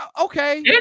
Okay